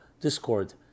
discord